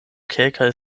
kelkaj